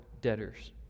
debtors